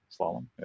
slalom